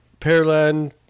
Pearland